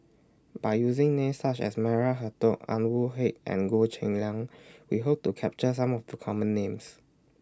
By using Names such as Maria Hertogh Anwarul Haque and Goh Cheng Liang We Hope to capture Some of The Common Names